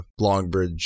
Longbridge